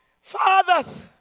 Fathers